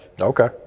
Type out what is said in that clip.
Okay